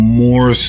more